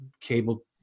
cable